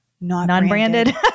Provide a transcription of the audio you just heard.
non-branded